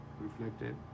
reflected